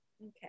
Okay